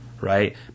right